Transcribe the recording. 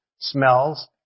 smells